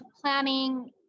planning